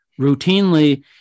Routinely